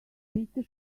peter